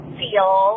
feel